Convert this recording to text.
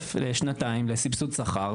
כסף לשנתיים לסבסוד שכר,